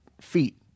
feet